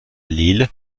lille